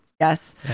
Yes